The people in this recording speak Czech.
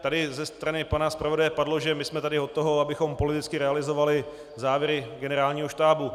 Tady ze strany pana zpravodaje padlo, že my jsme tady od toho, abychom politicky realizovali závěry Generálního štábu.